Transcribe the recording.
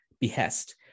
behest